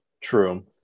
True